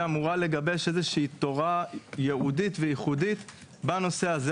שאמורה לגבש איזושהי תורה ייעודית וייחודית בנושא הזה.